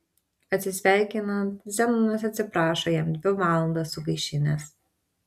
atsisveikinant zenonas atsiprašo jam dvi valandas sugaišinęs